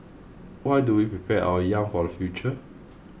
why do we prepare our young for the future